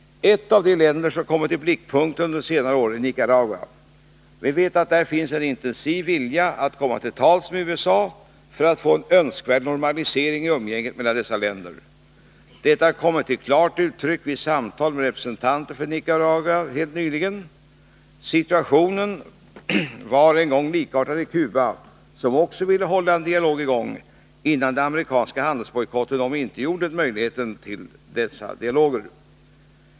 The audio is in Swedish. Ett av de länder som kommit i blickpunkten under senare år är Nicaragua. Vi vet att där finns en intensiv vilja att komma till tals med och få en önskvärd normalisering i umgänget med USA. Detta har kommit till klart uttryck vid samtal med representanter för Nicaragua helt nyligen. Situationen var en gång likartad i Cuba, som också ville hålla en dialog i gång, innan den amerikanska handelsbojkotten omintetgjorde den möjligheten.